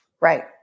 Right